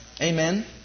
Amen